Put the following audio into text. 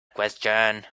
question